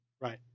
Right